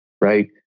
right